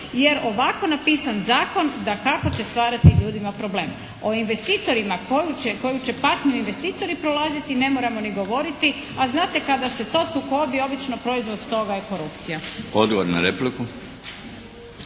jer ovako napisan zakon dakako će stvarati ljudima problem. O investitorima koju će patnju investitori prolaziti ne moramo ni govoriti, a znate kada se to sukobi obično proizvod toga je korupcija. **Milinović,